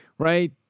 Right